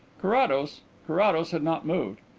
carrados carrados had not moved,